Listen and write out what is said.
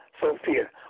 Sophia